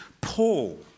Paul